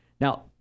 Now